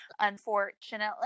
Unfortunately